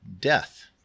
death